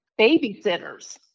babysitters